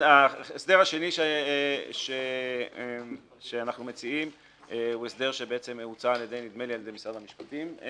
ההסדר השני שאנחנו מציעים הוא הסדר שהוצע על ידי משרד המשפטים,